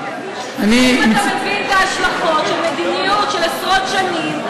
האם אתה מבין את ההשלכות של מדיניות של עשרות שנים,